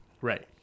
Right